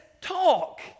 talk